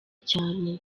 cyane